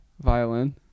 violin